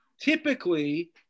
Typically